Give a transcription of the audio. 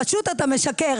פשוט אתה משקר.